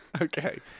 Okay